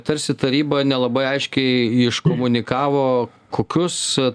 tarsi taryba nelabai aiškiai iškomunikavo kokius